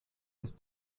ist